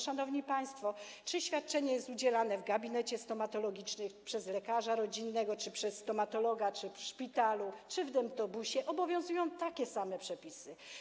Szanowni państwo, czy świadczenie jest udzielane w gabinecie stomatologicznym, przez lekarza rodzinnego, czy przez stomatologa, czy w szpitalu, czy w dentobusie, obowiązują takie same przepisy.